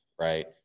right